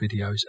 videos